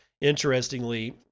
Interestingly